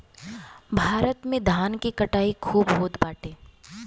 भारत में धान के कटाई खूब होत बाटे